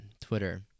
Twitter